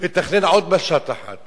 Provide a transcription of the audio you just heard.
ומתכנן עוד משט אחד.